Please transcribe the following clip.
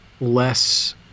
less